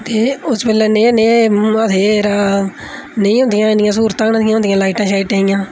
ते उस बेल्लै ने ने नेईं होंदिया हियां इन्नियां स्हूलतां नेईं हियां होंदियां लाइटा शाइटे दियां